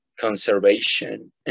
conservation